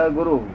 Guru